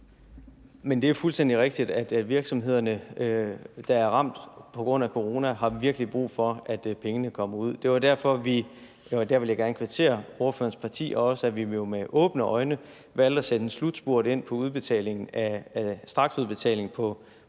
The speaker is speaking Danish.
Men det er fuldstændig rigtigt, at virksomhederne, der er ramt på grund af corona, virkelig har brug for, at pengene kommer ud til dem. Og der vil jeg gerne kvittere for, også over for ordførerens parti, at vi jo med åbne øjne valgte at sætte en slutspurt ind i forhold til straksudbetaling af lønkompensation